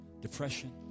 depression